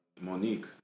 Monique